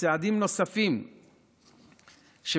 וצעדים נוספים שממשיכים